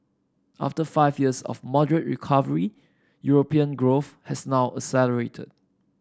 after five years of moderate recovery European growth has now accelerated